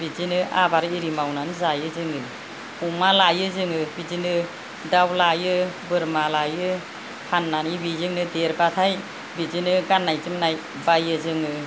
बिदिनो आबाद एरि मावनानै जायो जोङो अमा लायो जोङो बिदिनो दाव लायो बोरमा लायो फाननानै बेजोंनो देरबाथाय बिदिनो गाननाय जोमनाय बायो जोङो बिदिनो आबार एरि मावनानै जायो जोङो